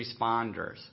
responders